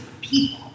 people